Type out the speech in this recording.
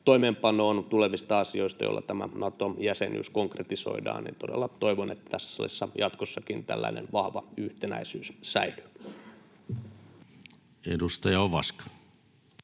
toimeenpanoon tulevista asioista, joilla tämä Naton jäsenyys konkretisoidaan. Todella toivon, että tässä salissa jatkossakin tällainen vahva yhtenäisyys säilyy. [Speech 38]